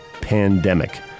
pandemic